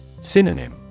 Synonym